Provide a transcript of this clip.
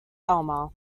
alma